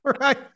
right